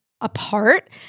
apart